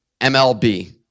mlb